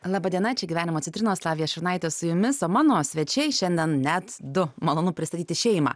laba diena čia gyvenimo citrinos lavija šurnaitė su jumis o mano svečiai šiandien net du malonu pristatyti šeimą